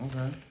Okay